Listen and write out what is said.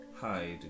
Hide